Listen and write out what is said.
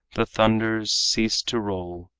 the thunders cease to roll,